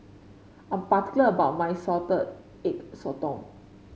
I'm particular about my Salted Egg Sotong